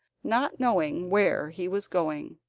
not knowing where he was going.